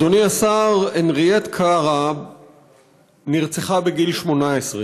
אדוני השר, הנרייט קרא נרצחה בגיל 18,